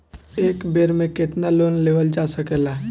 एक बेर में केतना लोन लेवल जा सकेला?